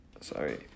Sorry